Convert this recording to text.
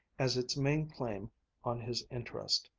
as its main claim on his interest,